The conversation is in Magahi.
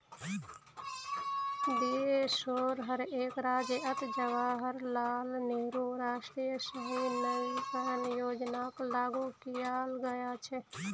देशोंर हर एक राज्यअत जवाहरलाल नेहरू राष्ट्रीय शहरी नवीकरण योजनाक लागू कियाल गया छ